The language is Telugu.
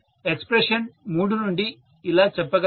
నేను ఎక్స్ప్రెషన్ మూడు నుండి ఇలా చెప్పగలను